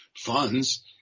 funds